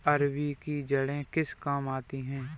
अरबी की जड़ें किस काम आती हैं?